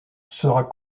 sera